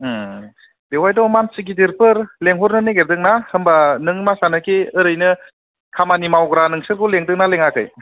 ओम बेवहायथ' मानसि गिदिरफोर लेंहरनो नागेरदोंना होनबा नों मा सानोखि ओरैनो खामानि मावग्रा नोंसोरखौ लेंदों ना लेङाखै